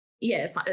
yes